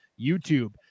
YouTube